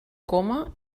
goma